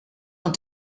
van